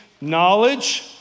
knowledge